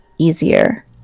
easier